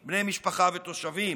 בני משפחה ותושבים